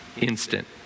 instant